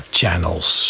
channels